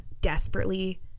desperately